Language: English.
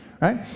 right